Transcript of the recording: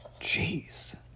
Jeez